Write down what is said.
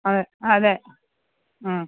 അതെ അതെ ആ